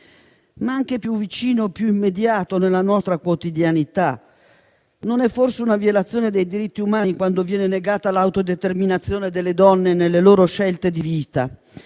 Ma anche, più vicina e più immediata, nella nostra quotidianità, non è forse una violazione dei diritti umani quando viene negata l'autodeterminazione delle donne nelle loro scelte di vita?